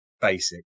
basic